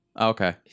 okay